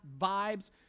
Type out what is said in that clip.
vibes